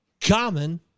common